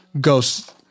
ghosts